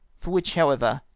for which, however,